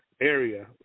area